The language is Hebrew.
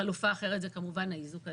חלופה אחרת היא כמובן האיזוק האלקטרוני.